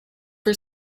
for